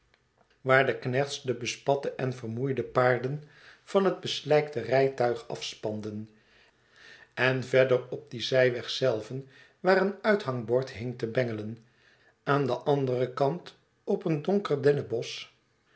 waar de knechts de bespatte en vermoeide paarden van het beslijkte rijtuig afspanden en verder op dien zijweg zelven waar een uithangbord hing te bengelen aan den anderen kant op een donker dennenbosch